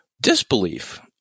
Disbelief